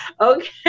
Okay